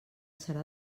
serà